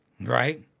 right